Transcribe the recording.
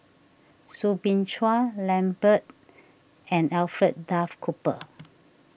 Soo Bin Chua Lambert and Alfred Duff Cooper